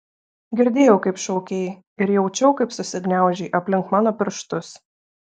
girdėjau kaip šaukei ir jaučiau kaip susigniaužei aplink mano pirštus